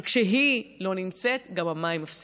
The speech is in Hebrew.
אבל כשהיא לא נמצאת, גם המים מפסיקים.